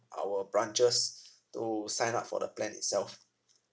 our branches to sign up for the plan itself